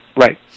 Right